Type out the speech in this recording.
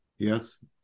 Yes